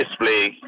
display